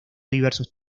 diversos